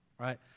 right